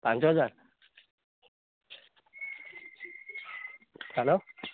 ପାଞ୍ଚହଜାର ହ୍ୟାଲୋ